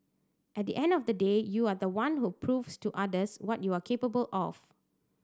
at the end of the day you are the one who proves to others what you are capable of